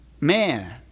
man